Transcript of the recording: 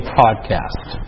podcast